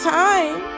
time